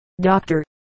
Doctor